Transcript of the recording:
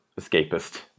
escapist